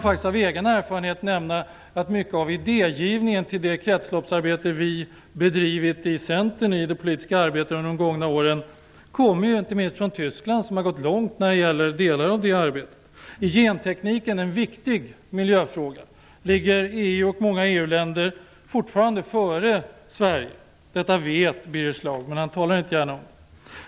Av egen erfarenhet kan jag nämna att mycket av idégivningen till det kretsloppsarbete vi i Centern bedrivit i det politiska arbetet under de gångna åren kommer inte minst från Tyskland. Där har man kommit långt när det gäller delar av det arbetet. Gentekniken är en viktig miljöfråga. Där ligger EU och många EU-länder fortfarande före Sverige. Detta vet Birger Schlaug, men han talar inte gärna om det.